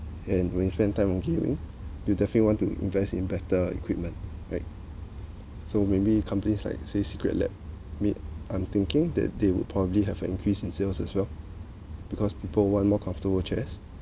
and when spend time on gaming you definitely want to invest in better equipment right so maybe companies like say secret lab I'm thinking that they would probably have an increase in sales as well because people want more comfortable chairs